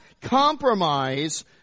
Compromise